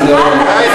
את זה אני לא הצעתי.